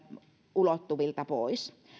ulottuvilta pois